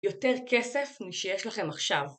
יותר כסף משיש לכם עכשיו